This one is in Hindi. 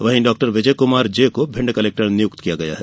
वहीं डाक्टर विजय कुमार जे को भिंड कलेक्टर नियुक्त किया गया है